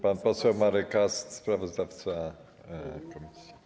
Pan poseł Marek Ast, sprawozdawca komisji.